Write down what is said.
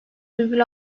virgül